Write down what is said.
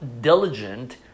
diligent